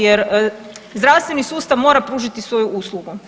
Jer zdravstveni sustav mora pružiti svoju uslugu.